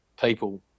people